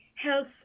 health